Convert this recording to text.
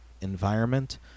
environment